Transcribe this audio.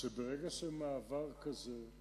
שברגע שמעבר כזה,